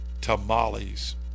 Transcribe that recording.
tamales